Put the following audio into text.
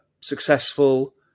successful